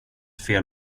fel